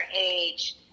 age